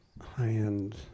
high-end